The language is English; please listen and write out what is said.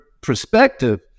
perspective